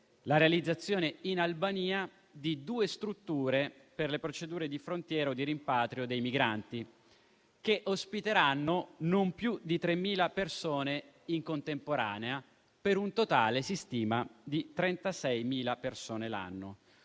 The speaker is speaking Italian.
la realizzazione in Albania di due strutture per le procedure di frontiera o di rimpatrio dei migranti, che ospiteranno non più di 3.000 persone in contemporanea, per un totale, si stima, di 36.000 persone l'anno.